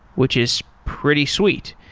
which is pretty sweet.